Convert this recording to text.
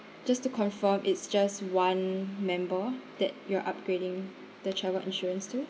just to confirm it's just one member that you're upgrading the travel insurance to